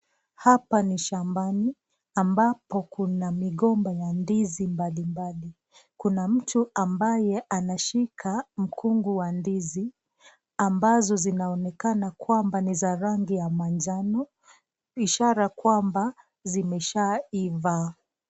Hapa ni shambani ambapo kuna migomba ya ndizi mbalimbali. Kuna mtu ambaye anashika mkungu wa ndizi ambazo zinaonekana kwamba ni za rangi ya manjano ishara kwamba zimesha iva.